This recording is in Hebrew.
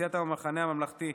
סיעת המחנה הממלכתי,